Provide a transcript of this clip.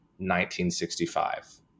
1965